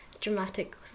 Dramatic